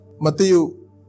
Matthew